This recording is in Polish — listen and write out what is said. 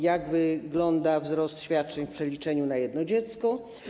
Jak wygląda wzrost świadczeń w przeliczeniu na jedno dziecko?